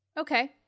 okay